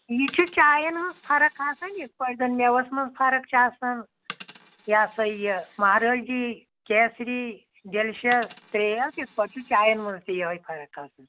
یہِ چھُ چایَن ہٕنٛز فرق آسان یِتھٕ پٲٹھۍ زَن مٮ۪وَس منٛز فرق چھِ آسان یہِ ہسا یہِ مہارٲجی کیسری ڈیٚلِشَس ترٛیٚیل یِتھٕ پٲٹھۍ چھُ چایَن منٛز تہِ یِہَے فرق آسان